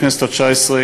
הכנסת התשע-עשרה,